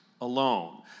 alone